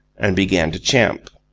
and began to champ.